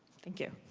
thank you.